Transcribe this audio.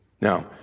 Now